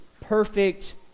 perfect